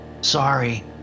Sorry